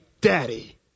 daddy